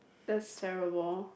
that's terrible